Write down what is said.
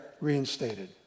reinstated